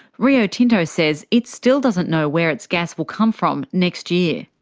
rio tinto says it still doesn't know where its gas will come from next year.